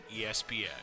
ESPN